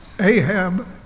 Ahab